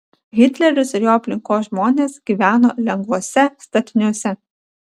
hitleris ir jo aplinkos žmonės gyveno lengvuose statiniuose